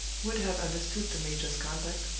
would have understood the major's conduct,